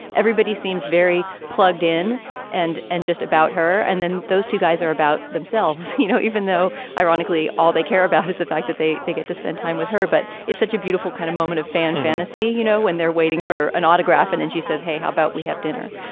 everybody seems very plugged in and and just about her and then those two guys are about themselves you know even though ironically all they care about is the fact that they they get to spend time with her. but it's such a beautiful kind of moment of fan fantasy you know when they're waiting for an autograph and then she says hey how about we have dinner